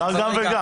אפשר גם וגם.